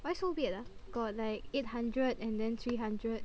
why so weird ah got like eight hundred and then three hundred